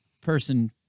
person